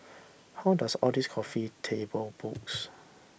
how does all these coffee table books